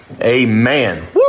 amen